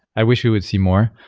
i wish we would see more.